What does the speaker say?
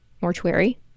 mortuary